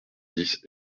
dix